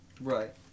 Right